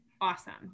awesome